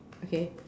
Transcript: okay